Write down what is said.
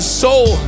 soul